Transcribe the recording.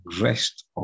rest